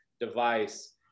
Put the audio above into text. device